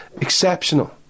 exceptional